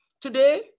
Today